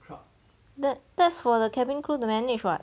that that's for the cabin crew to manage [what]